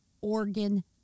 organ